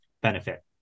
benefit